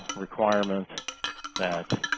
requirement that